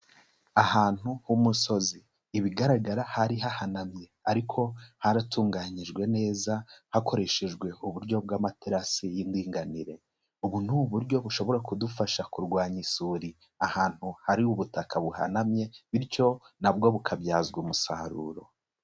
Ahantu h'umusozi ibigaragara hari hahanamye, ariko haratunganyijwe neza hakoreshejwe uburyo bw'amaterasi y'indinganire, ubu ni uburyo bushobora kudufasha kurwanya isuri ahantu hari ubutaka buhanamye, bityo na bwo bukabyazwa umusaruro.